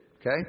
okay